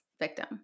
victim